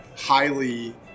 highly